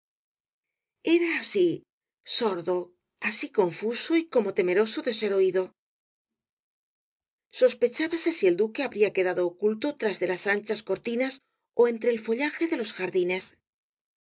era así sordo así confuso y como temeroso de ser oído sospechábase si el duque habría quedado oculto tras de las anchas cortinas ó entre el follaje de los jardines la